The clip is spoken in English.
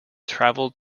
traveled